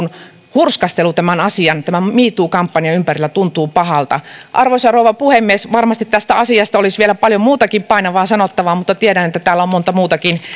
hurskastelu tämän asian tämän me too kampanjan ympärillä tuntuu pahalta arvoisa rouva puhemies varmasti tästä asiasta olisi vielä paljon muutakin painavaa sanottavaa mutta tiedän että täällä on monta muutakin